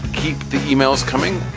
keep the e-mails coming.